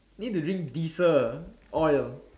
need to drink diesel oil